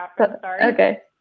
Okay